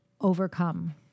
overcome